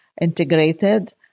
integrated